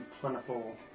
Plentiful